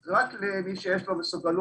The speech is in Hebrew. זה רק למי שיש מסוגלות